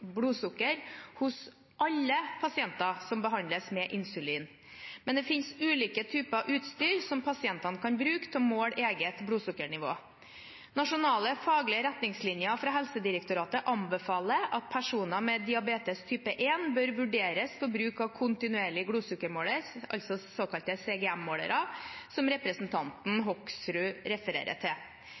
hos alle pasienter som behandles med insulin. Men det finnes ulike typer utstyr som pasientene kan bruke til å måle eget blodsukkernivå. Nasjonale faglige retningslinjer fra Helsedirektoratet anbefaler at personer med diabetes type 1 bør vurderes for bruk av kontinuerlig blodsukkermåler, altså såkalte CGM-målere, som representanten Hoksrud refererer til.